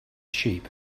sheep